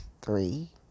Three